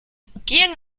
gehen